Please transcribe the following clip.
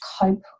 cope